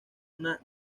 una